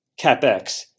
capex